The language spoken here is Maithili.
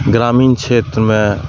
ग्रामीण क्षेत्रमे